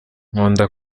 nkunda